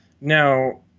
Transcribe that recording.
now